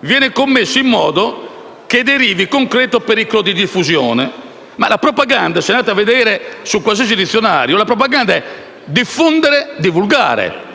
viene commessa «in modo che derivi concreto pericolo di diffusione». Ma la propaganda, se prendete qualsiasi dizionario, significa diffondere e divulgare.